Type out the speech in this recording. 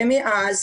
ומאז